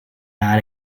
out